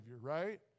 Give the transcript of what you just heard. Right